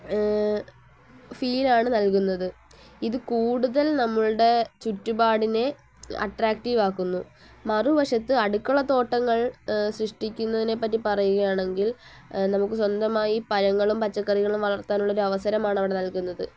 ഫീലാണ് നൽകുന്നത് ഇത് കൂടുതൽ നമ്മളുടെ ചുറ്റുപാടിനെ അട്രാക്റ്റീവാക്കുന്നു മറുവശത്ത് അടുക്കളത്തോട്ടങ്ങൾ സൃഷ്ടിക്കുന്നതിനെപ്പറ്റി പറയുകയാണെങ്കിൽ നമുക്ക് സ്വന്തമായി പഴങ്ങളും പച്ചക്കറികളും വളർത്താനുള്ളൊരു അവസരമാണ് അവിടെ നൽകുന്നത്